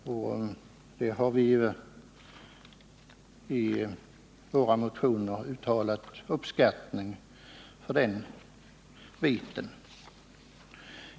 Vi inom centern har i våra motioner uttalat uppskattning av detta.